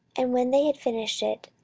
and when they had finished it,